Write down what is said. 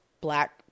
black